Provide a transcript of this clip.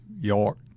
York